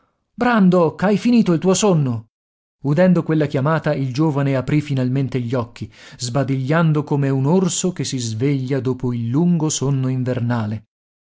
ancora brandok hai finito il tuo sonno udendo quella chiamata il giovane aprì finalmente gli occhi sbadigliando come un orso che si sveglia dopo il lungo sonno invernale